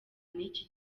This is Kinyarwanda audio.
n’iki